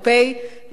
להשמיץ את ישראל?